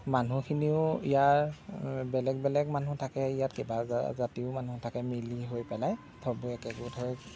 মানুহখিনিও ইয়াৰ বেলেগ বেলেগ মানুহ থাকে ইয়াত কেইবা জাতিও মানুহ থাকে মিলি হৈ পেলাই মানে চবে একেগোট হৈ